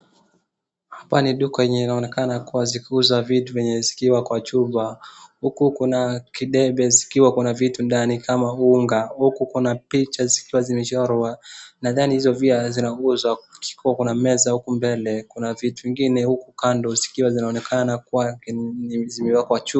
Hapa ni duka yenye inaonekana kuwa zikiuza vitu vyenye zikiwa kwa chupa, huku kuna kidebe zikiwa kuna vitu ndani kama unga huku kuna picha zikiwa zimechorwa, nadhani hizo pia zinauzwa ikikuwa kuna meza huku mbele kuna vitu ingine huku kando zikiwa zinaonekana kuwa zimewekwa chupa.